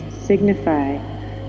signify